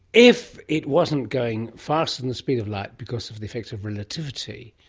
if it wasn't going faster than the speed of light because of the effects of relativity,